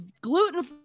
gluten